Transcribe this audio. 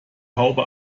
haube